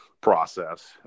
process